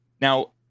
Now